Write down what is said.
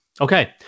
Okay